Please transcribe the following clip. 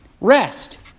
rest